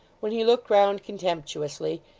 when he looked round contemptuously,